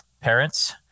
parents